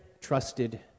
trusted